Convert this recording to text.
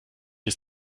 ist